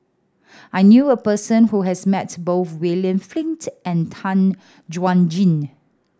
I knew a person who has met both William Flint and Tan Chuan Jin